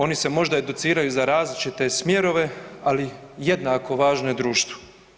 Oni se možda educiraju za različite smjerove, ali jednako važno je društvo.